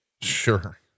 Sure